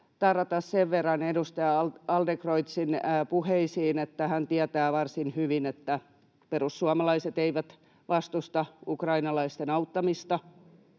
tarrata sen verran edustaja Adlercreutzin puheisiin, että hän tietää varsin hyvin, että perussuomalaiset eivät vastusta ukrainalaisten auttamista